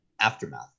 Aftermath